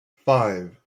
five